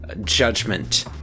judgment